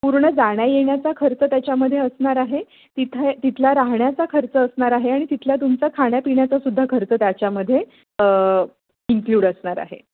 पूर्ण जाण्या येण्याचा खर्च त्याच्यामध्ये असणार आहे तिथे तिथला राहण्याचा खर्च असणार आहे आणि तिथल्या तुमचा खाण्यापिण्याचा सुद्धा खर्च त्याच्यामध्ये इन्क्ल्यूड असणार आहे